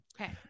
Okay